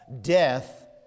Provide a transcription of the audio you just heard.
death